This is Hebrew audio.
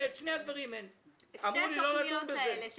את שתי התכניות האלו,